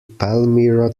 palmyra